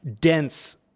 dense